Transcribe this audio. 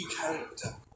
character